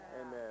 Amen